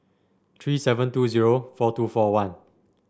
three seven two zero four two four one